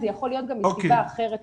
זה יכול להיות גם מסיבה אחרת,